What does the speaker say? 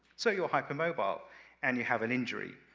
so, you're hypermobile and you have an injury,